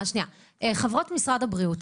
חברות משרד הבריאות,